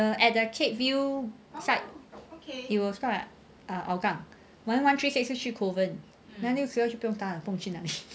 err at the capeview side it will stop at err hougang then one three six 是去 kovan then 六十二就不用了不懂去哪里